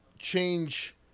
Change